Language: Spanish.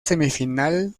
semifinal